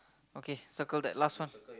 okay circle that last one